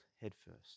headfirst